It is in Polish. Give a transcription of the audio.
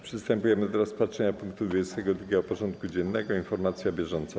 Przystępujemy do rozpatrzenia punktu 22. porządku dziennego: Informacja bieżąca.